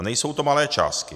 A nejsou to malé částky.